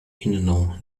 inną